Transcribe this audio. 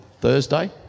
Thursday